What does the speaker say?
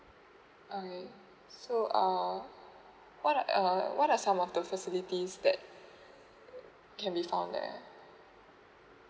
mm so um what err what are some of the facilities that um yeah